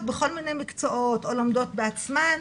בכל מיני מקצועות או לומדות בעצמן.